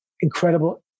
incredible